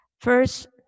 First